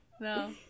no